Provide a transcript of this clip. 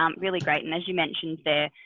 um really great. and as you mentioned there,